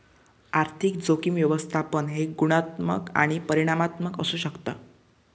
आर्थिक जोखीम व्यवस्थापन हे गुणात्मक आणि परिमाणात्मक असू शकता